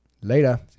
later